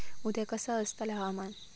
उद्या कसा आसतला हवामान?